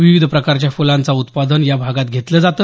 विविध प्रकारच्या फुलांच उत्पादन या भागात घेतलं जातं